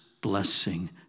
blessing